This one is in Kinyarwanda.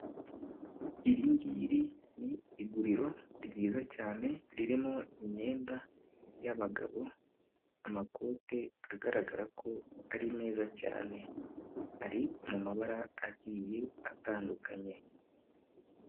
Iri ngiri ni iguriro ryiza cyane ririmo imyenda y'abagabo, amakote agaragara ko ari meza cyane, ari mu mabara agiye atandukanye.